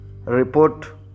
report